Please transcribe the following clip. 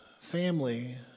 family